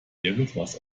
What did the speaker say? irgendwas